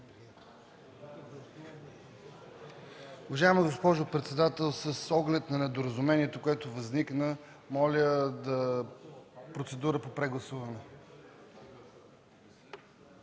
Уважаема госпожо председателстващ, с оглед на недоразумението, което възникна, моля за процедура по прегласуване.